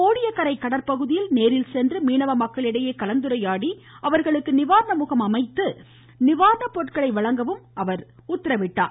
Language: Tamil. கோடியக்கரை கடல்பகுதியில் நேரில் சென்று மீனவ மக்களிடையே கலந்துரையாடி அவர்களுக்கு நிவாரண முகாம் அமைத்து நிவாரண பொருட்களை வழங்கவும் ஆணையிட்டார்